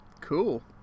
Cool